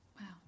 Wow